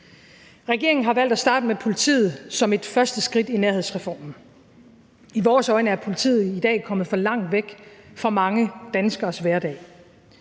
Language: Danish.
Regeringen har valgt at starte med politiet som et første skridt i nærhedsreformen. I vores øjne er politiet i dag kommet for langt væk fra mange danskeres hverdag.